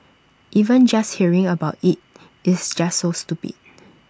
even just hearing about IT is just so stupid